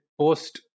post